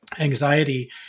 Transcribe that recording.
Anxiety